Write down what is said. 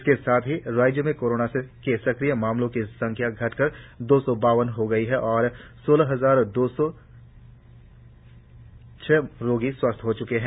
इसके साथ ही राज्य में कोरोना के सक्रिय मामलों की संख्या घटकर दो सौ बावन रह गई है और सोलह हजार दो सौ छह रोगी स्वस्थ हो च्के है